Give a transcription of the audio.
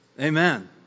Amen